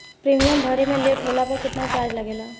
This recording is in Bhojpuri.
प्रीमियम भरे मे लेट होला पर केतना चार्ज लागेला?